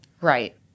Right